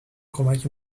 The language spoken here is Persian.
کمک